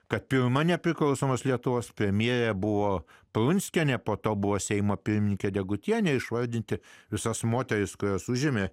kad pirmą nepriklausomos lietuvos premjerė buvo prunskienė po to buvo seimo pirmininkė degutienė išvardyti visas moteris kurios užėmė